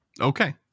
Okay